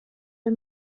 der